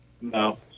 no